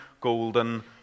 golden